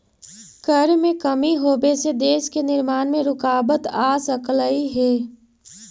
कर में कमी होबे से देश के निर्माण में रुकाबत आ सकलई हे